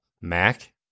Mac